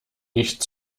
nicht